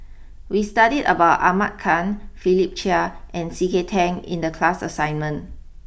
we studied about Ahmad Khan Philip Chia and C K Tang in the class assignment